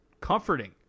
comforting